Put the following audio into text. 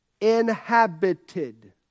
inhabited